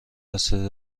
اصلی